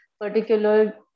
particular